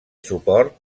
suport